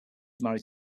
married